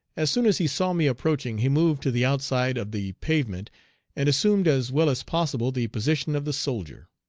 as soon as he saw me approaching he moved to the outside of the pavement and assumed as well as possible the position of the soldier.